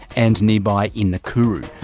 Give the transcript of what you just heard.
and nearby in nakuru.